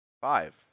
five